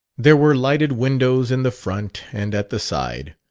there were lighted windows in the front and at the side.